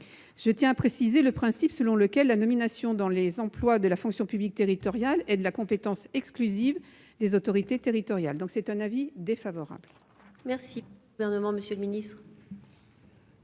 Je tiens à préserver le principe selon lequel la nomination dans les emplois de la fonction publique territoriale est de la compétence exclusive des autorités territoriales. La commission a donc émis un avis défavorable sur cet amendement.